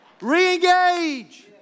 Reengage